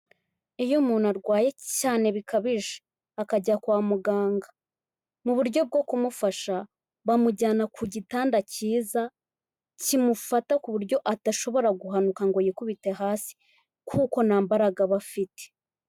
Iyo umuntu arwaye cyane bikabije akajya kwa muganga, mu buryo bwo kumufasha bamujyana ku gitanda cyiza kimufata ku buryo adashobora guhanuka ngo yikubite hasi kuko nta mbaraga aba afite.